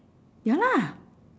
ya lah